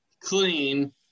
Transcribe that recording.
clean